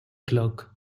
clerk